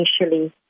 initially